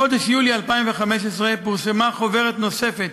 בחודש יולי 2015 פורסמה חוברת נוספת